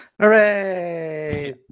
Hooray